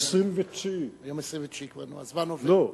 לא,